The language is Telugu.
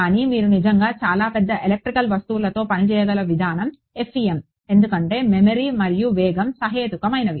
కానీ మీరు నిజంగా చాలా పెద్ద ఎలక్ట్రికల్ వస్తువులతో పని చేయగల విధానం FEM ఎందుకంటే మెమరీ మరియు వేగం సహేతుకమైనవి